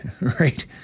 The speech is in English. right